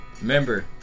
Remember